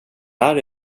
här